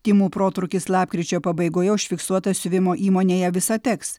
tymų protrūkis lapkričio pabaigoje užfiksuotas siuvimo įmonėje visateks